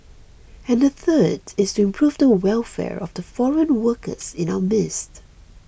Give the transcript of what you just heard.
and the third is to improve the welfare of the foreign workers in our midst